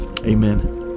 Amen